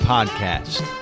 Podcast